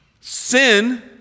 sin